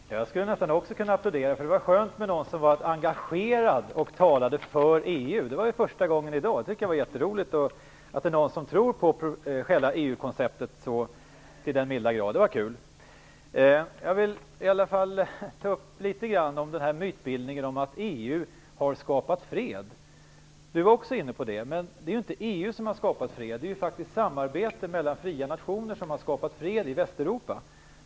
Fru talman! Jag skulle nästan också kunna applådera, därför att det var skönt med någon som var engagerad och talade för EU. Det var första gången i dag. Det var jätteroligt att höra att någon tror på själva EU-konceptet så till den milda grad. Jag vill i alla fall ta upp litet grand om mytbildningen om att EU har skapat fred. Yvonne Sandberg Fries var också inne på det. Men det är inte EU som har skapat fred. Det är samarbete mellan fria nationer som har skapat fred i Västeuropa.